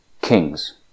kings